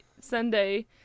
Sunday